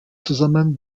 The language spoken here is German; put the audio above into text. zusammen